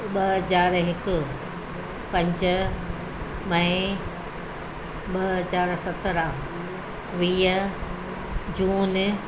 ॿ हज़ार हिकु पंज मऐ ॿ हज़ार सत्रहं वीह जून